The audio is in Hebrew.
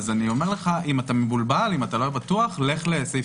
אני אומר לך אם אתה מבולבל ולא בטוח לך לסעיף